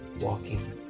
walking